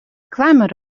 climate